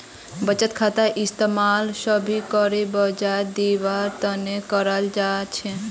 बचत खातार इस्तेमाल बेसि करे ब्याज दीवार तने कराल जा छे